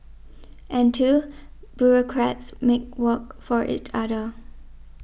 and two bureaucrats make work for each other